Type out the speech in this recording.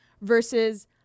versus